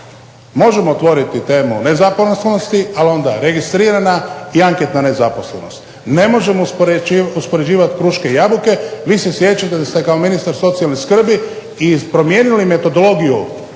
Možemo otvoriti temu nezaposlenosti, ali onda registrirana i anketna nezaposlenost. Ne možemo uspoređivat kruške i jabuke. Vi se sjećate da ste kao ministar socijalne skrbi i promijenili metodologiju